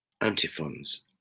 antiphons